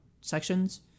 sections